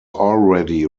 already